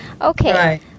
Okay